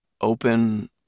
open